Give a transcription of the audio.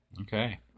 okay